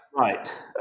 Right